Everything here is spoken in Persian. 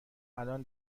الان